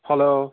hello